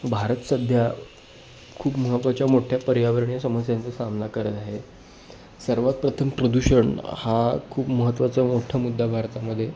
भारत सध्या खूप महत्त्वाच्या मोठ्या पर्यावरणीय समस्यांचा सामना करत आहे सर्वात प्रथम प्रदूषण हा खूप महत्त्वाचा मोठा मुद्दा भारतामध्ये